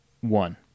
One